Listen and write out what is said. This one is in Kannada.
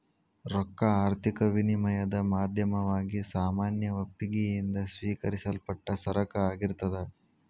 ರೊಕ್ಕಾ ಆರ್ಥಿಕ ವಿನಿಮಯದ್ ಮಾಧ್ಯಮವಾಗಿ ಸಾಮಾನ್ಯ ಒಪ್ಪಿಗಿ ಯಿಂದ ಸ್ವೇಕರಿಸಲ್ಪಟ್ಟ ಸರಕ ಆಗಿರ್ತದ್